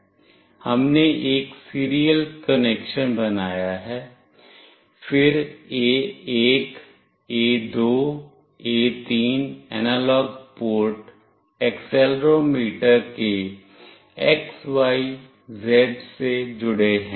हमने एक serial connection बनाया है फिर A1 A2 A3 analog port accelerometer के X Y Z से जुड़े हैं